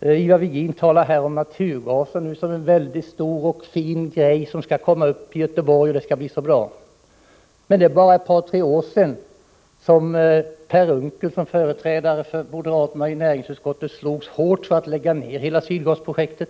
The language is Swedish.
Ivar Virgin nämner naturgasen och säger att den är en väldigt stor och fin ”grej” som kommer att bli aktuell i Göteborg. Allting skall bli så bra, enligt honom. Men för bara ett par tre år sedan kämpade ju Per Unckel, som då var moderaternas företrädare i näringsutskottet, ihärdigt för en nedläggning av hela Sydgasprojektet.